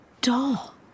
doll